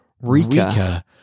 rika